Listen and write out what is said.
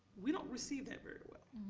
we don't receive that very well,